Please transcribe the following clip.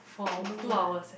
no lah